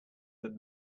that